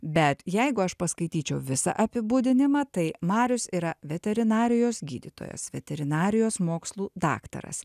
bet jeigu aš paskaityčiau visą apibūdinimą tai marius yra veterinarijos gydytojas veterinarijos mokslų daktaras